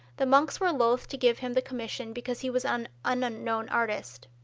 the monks were loath to give him the commission because he was an unknown artist.